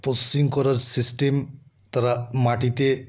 পোশ্চিং করার সিস্টেম তারা মাটিতে